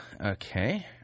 Okay